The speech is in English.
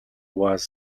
was